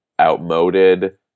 outmoded